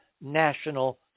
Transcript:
national